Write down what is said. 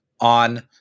on